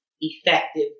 effective